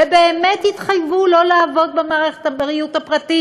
ובאמת יתחייבו לא לעבוד במערכת הבריאות הפרטית,